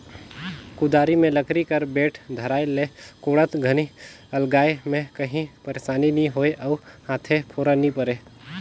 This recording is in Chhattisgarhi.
कुदारी मे लकरी कर बेठ धराए ले कोड़त घनी अलगाए मे काही पइरसानी नी होए अउ हाथे फोरा नी परे